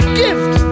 gift